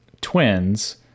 twins